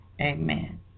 Amen